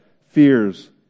fears